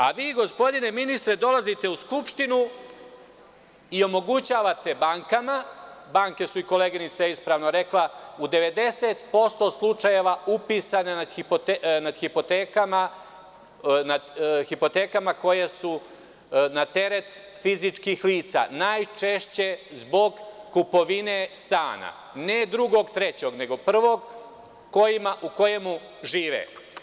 A vi, gospodine ministre, dolazite u Skupštinu i omogućavate bankama, a banke su, i koleginica je ispravno rekla, u 90% slučajeva upisane nad hipotekama koje su na teret fizičkih lica, najčešće zbog kupovine stana, ne drugog ili trećeg, nego prvog u kojem žive.